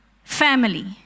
Family